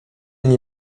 nie